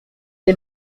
est